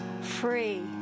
free